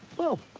well,